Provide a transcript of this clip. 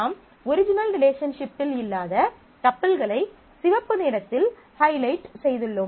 நாம் ஒரிஜினல் ரிலேஷன்ஷிப்பில் இல்லாத டப்பிள்களை சிவப்பு நிறத்தில் ஹைலைட் செய்துள்ளோம்